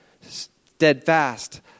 steadfast